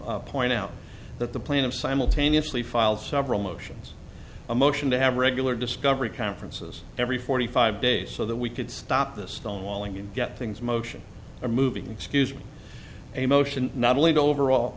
also point out that the plan of simultaneously files several motions a motion to have regular discovery conferences every forty five days so that we could stop this stonewalling and get things motion are moving excuse me a motion not only to overall